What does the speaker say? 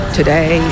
today